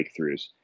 breakthroughs